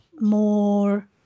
more